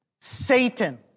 Satan